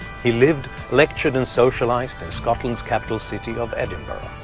he lived, lectured and socialized in scotland's capitol city of edinburgh,